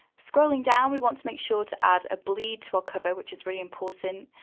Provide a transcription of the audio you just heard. scrolling down, we want to make sure to add a bleed to our cover, which is really important.